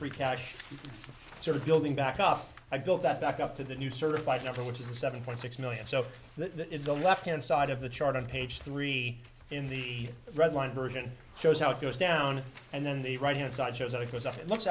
free cash sort of building back up i built that back up to the new certified number which is seven point six million so that the left hand side of the chart on page three in the red line version shows how it goes down and then the right hand side shows it goes up it looks